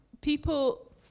people